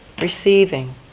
receiving